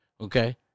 okay